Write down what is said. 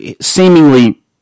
seemingly